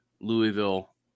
Louisville